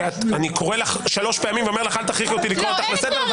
כי אני קורא לך שלוש פעמים ואומר לך: אל תכריחי אותי לקרוא אותך לסדר,